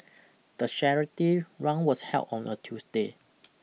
the charity rung was held on a Tuesday